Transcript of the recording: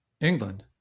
England